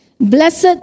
blessed